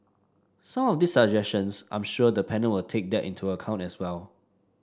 some of these suggestions I'm sure the panel will take that into account as well